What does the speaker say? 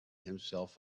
himself